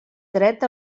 dret